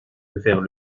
vers